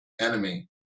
enemy